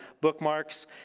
bookmarks